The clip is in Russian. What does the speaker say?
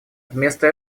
вместо